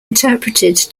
interpreted